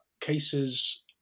cases